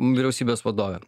vyriausybės vadovė